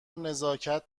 نزاکت